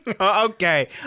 Okay